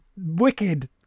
wicked